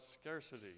scarcity